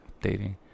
dating